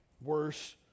worse